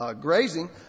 grazing